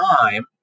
time